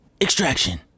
Extraction